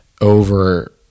over